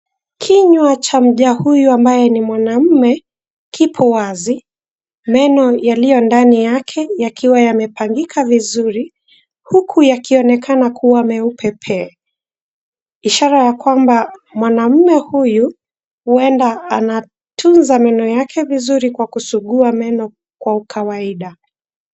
Kinywa cha mja huyu ambaye ni Mwanamume kipo wazi, meno yaliyo ndani yake yakiwa yamepangika vizuri huku yakionekana kuwa meupe pe! Ishara ya kwamba Mwanamume huyu huenda anatunza meno yake vizuri kwa kusugua meno kwa kawaida.